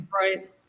Right